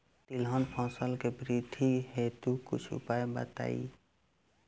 तिलहन फसल के वृद्धि हेतु कुछ उपाय बताई?